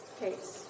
case